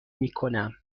میکنم